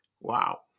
wow